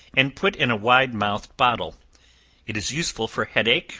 and put in a wide-mouthed bottle it is useful for head-ache,